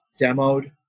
demoed